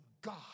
God